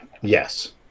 Yes